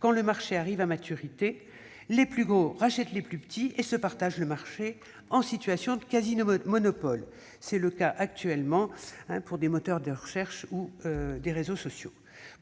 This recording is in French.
quand le marché arrive à maturité, les plus gros rachètent les plus petits et se partagent le marché en situation de quasi-monopole. C'est le cas, actuellement, de moteurs de recherche ou de réseaux sociaux.